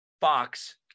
Fox